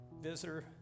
visitor